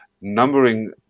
numbering